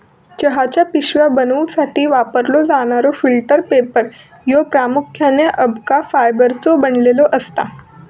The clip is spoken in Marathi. चहाच्या पिशव्या बनवूसाठी वापरलो जाणारो फिल्टर पेपर ह्यो प्रामुख्याने अबका फायबरचो बनलेलो असता